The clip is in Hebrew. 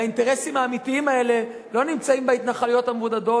והאינטרסים האמיתיים האלה לא נמצאים בהתנחלויות המבודדות